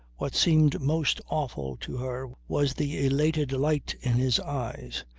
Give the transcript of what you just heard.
what seemed most awful to her was the elated light in his eyes,